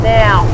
now